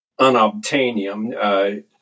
Unobtainium